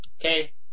Okay